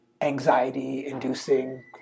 anxiety-inducing